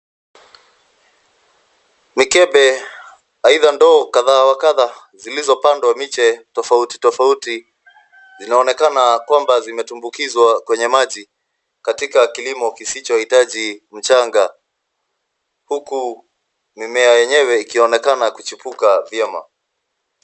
Mikebe aidha ndoo kadhaa wa kadhaa zilizopandwa miche tofauti tofauti, zinaonekana kwamba zimetumbukizwa kwenye maji, katika kilimo kisichohitaji mchanga, huku mimea yenyewe ikionekana kuchipuka vyema.